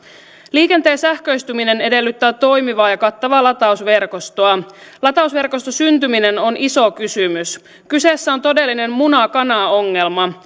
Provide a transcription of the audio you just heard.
liikenteen sähköistyminen edellyttää toimivaa ja kattavaa latausverkostoa latausverkoston syntyminen on iso kysymys kyseessä on todellinen muna kana ongelma